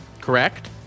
correct